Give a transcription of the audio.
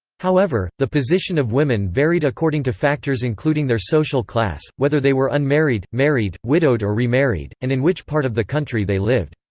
however, the position of women varied according to factors including their social class whether they were unmarried, married, widowed or remarried and in which part of the country they lived.